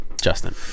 Justin